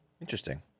Interesting